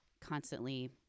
constantly